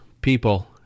people